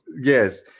Yes